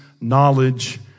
knowledge